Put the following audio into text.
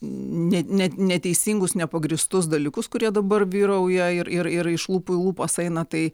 ne ne neteisingus nepagrįstus dalykus kurie dabar vyrauja ir ir iš lūpų į lūpas eina tai